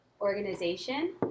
organization